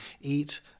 eat